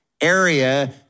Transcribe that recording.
area